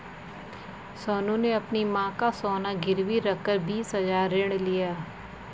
सोनू ने अपनी मां का सोना गिरवी रखकर बीस हजार ऋण लिया